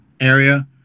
area